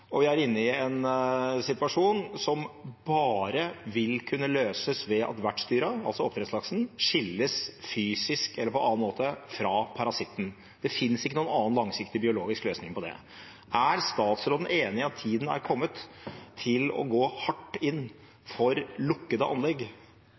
og vi er inne i en situasjon som bare vil kunne løses ved at vertsdyrene, altså oppdrettslaksen, skilles fysisk eller på annen måte fra parasitten. Det finnes ikke noen annen langsiktig biologisk løsning på det. Er statsråden enig i at tiden er kommet til å gå hardt inn